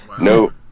No